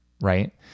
right